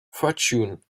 fortune